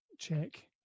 check